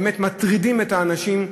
באמת מטרידים את האנשים,